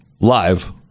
live